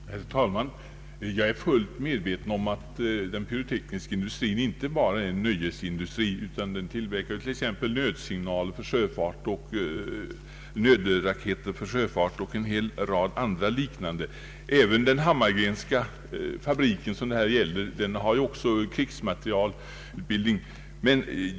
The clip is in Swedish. Herr talman! Jag är fullt medveten om att den pyrotekniska industrin inte bara är en nöjesindustri utan tillverkar t.ex. nödraketer för sjöfart och en hel rad liknande produkter. Den Hammargrenska fabriken, som det här gäller, har också krigsmaterieltillverkning.